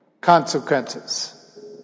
consequences